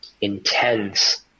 intense